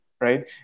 Right